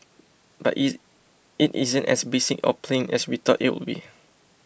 but it it isn't as basic or plain as we thought it would be